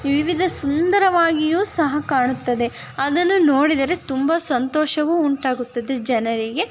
ವಿವಿಧ ಸುಂದರವಾಗಿಯೂ ಸಹ ಕಾಣುತ್ತದೆ ಅದನ್ನು ನೋಡಿದರೆ ತುಂಬ ಸಂತೋಷವೂ ಉಂಟಾಗುತ್ತದೆ ಜನರಿಗೆ